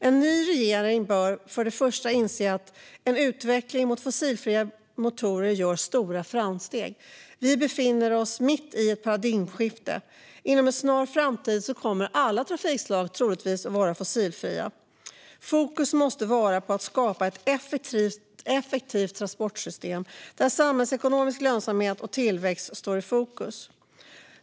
En ny regering bör inse att utvecklingen mot fossilfria motorer gör stora framsteg. Vi befinner oss mitt i ett paradigmskifte - inom en snar framtid kommer alla trafikslag troligtvis att vara fossilfria. Fokus måste vara på att skapa ett effektivt transportsystem där samhällsekonomisk lönsamhet och tillväxt står i fokus.